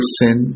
sin